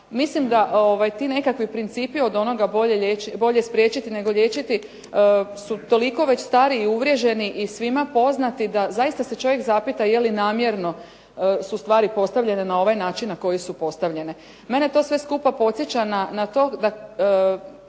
mislim da ti nekakvi principi od onoga bolje spriječiti nego liječiti su toliko već stari i uvriježeni i svima poznati da zaista se čovjek zapita je li namjerno su stvari postavljene na ovaj način na koji su postavljene. Mene to sve skupa podsjeća na to,